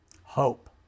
hope